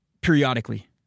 periodically